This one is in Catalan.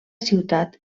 ciutat